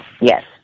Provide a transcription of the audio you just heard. Yes